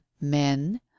men